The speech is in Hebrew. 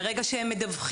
ברגע שאתה מדווח